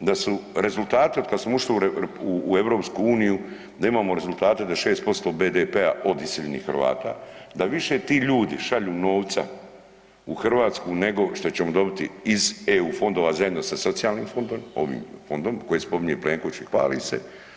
da su rezultati od kad smo ušli u EU da imamo rezultate da 6% BDP-a od iseljenih Hrvata, da više ti ljudi šalju novca u Hrvatsku nego šta ćemo dobiti iz EU fondova zajedno sa socijalnim fondom ovim fondom koji spominje Plenković i hvali se.